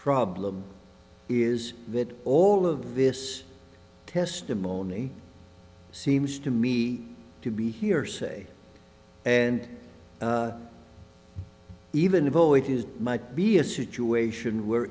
problem is that all of this testimony seems to me to be hearsay and even though it is might be a situation where